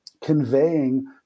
conveying